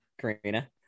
Karina